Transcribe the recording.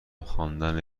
خواندن